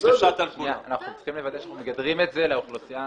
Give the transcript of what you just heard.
אנחנו צריכים לוודא שמגדרים את זה לאוכלוסייה